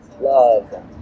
love